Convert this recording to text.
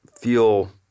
feel –